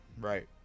Right